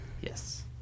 Yes